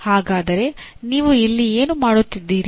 ಹಾಗಾದರೆ ನೀವು ಇಲ್ಲಿ ಏನು ಮಾಡುತ್ತಿದ್ದೀರಿ